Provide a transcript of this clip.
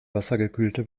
wassergekühlte